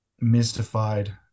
mystified